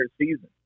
season